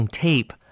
tape